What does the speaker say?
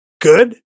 good